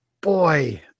boy